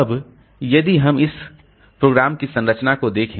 अब यदि हम इस कार्यक्रम की संरचना को देखें